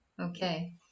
Okay